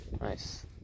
Nice